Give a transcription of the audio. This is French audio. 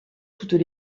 toutes